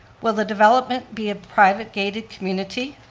will the development be a private gated community?